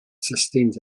sustains